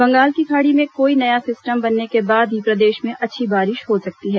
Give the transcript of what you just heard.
बंगाल की खाड़ी में कोई नया सिस्टम बनने के बाद ही प्रदेश में अच्छी बारिश हो सकती है